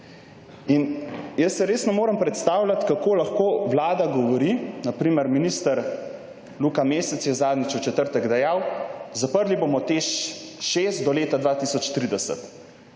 Jaz si res ne morem predstavljati, kako lahko vlada govori, na primer minister Luka Mesec je zadnjič v četrtek dejal, da bodo zaprli TEŠ 6 do leta 2030,